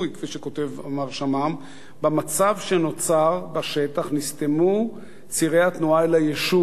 כפי שכותב מר שמם: במצב שנוצר בשטח נסתמו צירי התנועה אל היישוב,